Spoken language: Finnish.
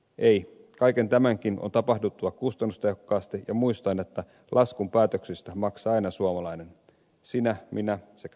ei kaiken tämänkin on tapahduttava kustannustehokkaasti ja muistaen että laskun päätöksistä maksaa aina suomalainen sinä minä sekä jälkikasvumme